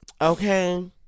Okay